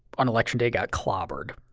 on election day got clobbered